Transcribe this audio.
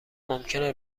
ممکنه